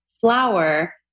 Flower